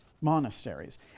monasteries